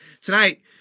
tonight